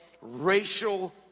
racial